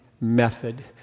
method